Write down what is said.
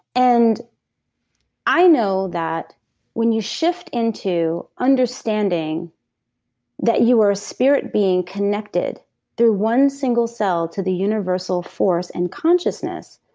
and i know that when you shift into understanding that you are a spirit being connected through one single cell to the universal force and consciousness,